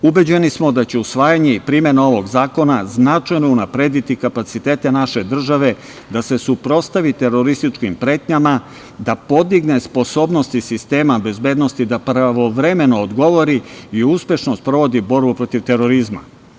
Ubeđeni smo da će usvajanje i primena ovog zakona značajno unaprediti kapacitete naše države da se suprotstavi terorističkim pretnjama, da podigne sposobnosti sistema bezbednosti da pravovremeno odgovori i uspešno sprovodi borbu protiv terorizma.